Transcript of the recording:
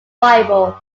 bible